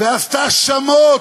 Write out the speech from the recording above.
ועשתה שמות,